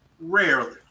rarely